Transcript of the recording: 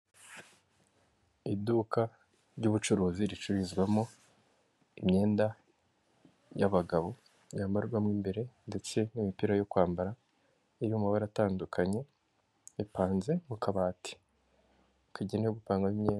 Iduka ry'ubucuruzi ricururizwamo imyenda y'abagabo yambarwamo imbere ndetse n'imipira yo kwambara, iri mu mabara atandukanye, ipanze mu kabati kagenewe gupangwamo imyenda.